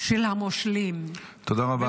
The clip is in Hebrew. של המושלים -- תודה רבה.